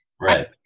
right